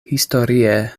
historie